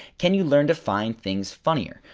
can you learn to find things funnier?